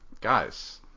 guys